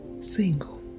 single